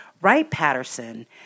Wright-Patterson